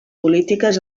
polítiques